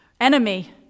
enemy